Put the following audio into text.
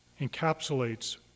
encapsulates